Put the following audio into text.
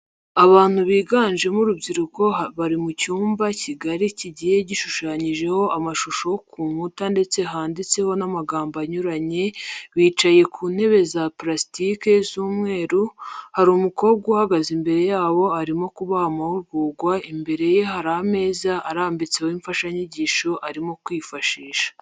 Abantu biganjemo urubyiruko bari mu cyumba kigari kigiye gishushanyijeho amashusho ku nkuta ndetse handitseho n'amagambo anyuranye bicaye ku ntebe za purasitiki z'umweru, hari umukobwa uhagaze imbere yabo arimo kubaha amahugurwa imbere ye hari ameza arambitseho imfashanyigisho arimo kwifashisha.